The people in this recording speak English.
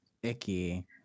icky